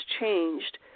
changed